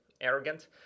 arrogant